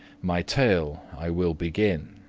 my tale i will begin.